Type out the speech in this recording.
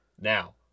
Now